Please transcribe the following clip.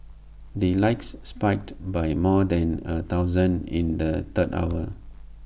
the likes spiked by more than A thousand in the third hour